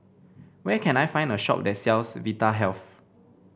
where can I find a shop that sells Vita health